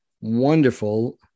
wonderful